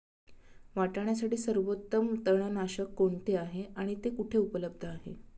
वाटाण्यासाठी सर्वोत्तम तणनाशक कोणते आहे आणि ते कुठे उपलब्ध आहे?